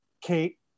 kate